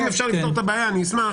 אם אפשר לפתור את הבעיה אני אשמח.